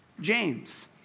James